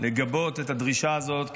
לגבות את הדרישה הזאת,